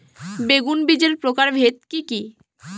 বেগুন বীজের প্রকারভেদ কি কী?